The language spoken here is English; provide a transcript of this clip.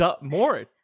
more